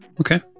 Okay